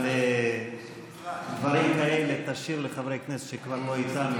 אבל דברים כאלה תשאיר לחברי כנסת שכבר לא איתנו,